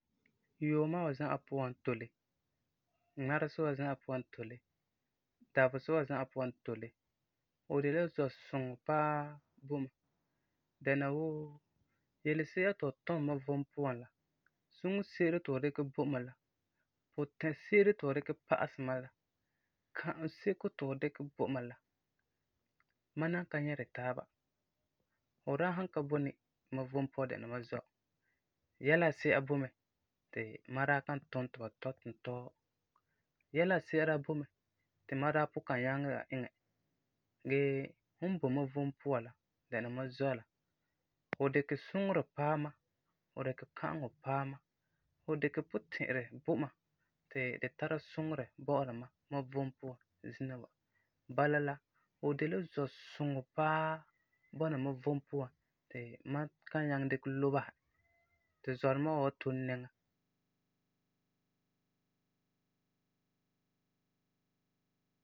Yuuma wa za'a puan n tole, ŋmaresi wa za'a puan n tole, dabesa wa za'a puan n tole, fu de la zɔ-suŋɔ paa bo mam, dɛna wuu yelesi'a ti fu tum mam vom puan la, suŋerɛ se'ere ti fu dikɛ bo mam la, puti-se'ere ti fu dikɛ pa'asɛ mam la, ka'am sebo ti fu dikɛ bo mam la, mam nan ka nyɛ di taaba. Fu daa san ka boi ni mam vom puan dɛna mam zɔ, yɛla asi'a boi mɛ ti mam daa kan tum ti ba tɔ tuntɔɔ, yɛla asi'a daa boi mɛ ti mam daa pugum kan nyaŋɛ la iŋɛ, gee fum boi mam vom puan la, dɛna mam zɔ la, fu dikɛ suŋerɛ paɛ mam, fu dikɛ ka'aŋɔ paɛ mam, fu dikɛ puti'irɛ bo mam ti di tara suŋerɛ bɔ'ɔra mam, mam vom puan zina wa, bala la fu de la zɔ-suŋɔ paa bɔna mam vom puan ti mam kan nyaŋɛ dikɛ lobe basɛ. Tu zɔduma wa wan tole nɛŋa.